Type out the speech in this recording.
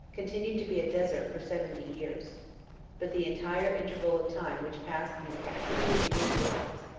continued to be a desert for seventy years but the entire interval of time which passed from the captivity of the israelites,